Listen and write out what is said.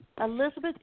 Elizabeth